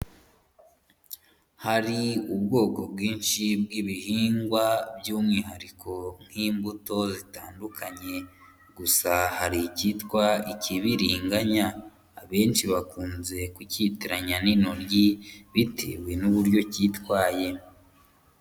Hari ubwoko bwinshi bw'ibihingwa by'umwihariko nk'imbuto zitandukanye gusa hari ikitwa ikibiringanya, abenshi bakunze kucyitiranya n'intoryi bitewe n'uburyo kitwaye.